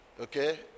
Okay